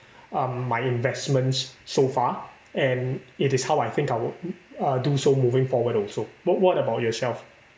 um my investments so far and it is how I think would uh do so moving forward also what what about yourself